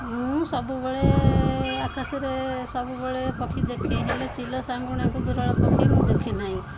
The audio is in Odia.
ମୁଁ ସବୁବେଳେ ଆକାଶରେ ସବୁବେଳେ ପକ୍ଷୀ ଦେଖେ ହେଲେ ଚିଲ ଶାଗୁଣାକୁ ବିରଳ ପକ୍ଷୀ ମୁଁ ଦେଖେନାହିଁ